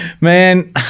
man